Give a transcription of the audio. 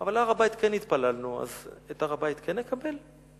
אבל להר-הבית כן התפללנו, אז את הר-הבית כן נקבל?